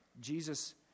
Jesus